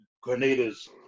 Grenada's